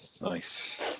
Nice